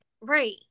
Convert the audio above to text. Right